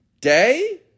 day